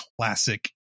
classic